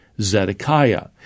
Zedekiah